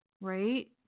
right